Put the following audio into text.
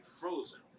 frozen